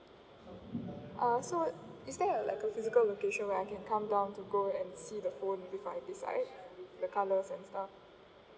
uh so is there like a physical location where I can come down to go and see the phone before I decide the colour and stuffs